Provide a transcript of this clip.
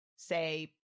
Say